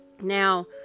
Now